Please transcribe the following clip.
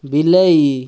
ବିଲେଇ